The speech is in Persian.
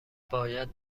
باید